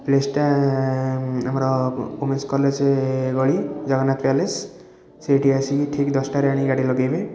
ପ୍ଲେସଟା ଆମର women's college ରେ ଗଳି ଜଗନ୍ନାଥ ପ୍ୟାଲେସ୍ ସେଇଠି ଆସିକି ଠିକ୍ ଦଶଟାରେ ଆଣିକି ଗାଡ଼ି ଲଗେଇବେ